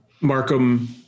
Markham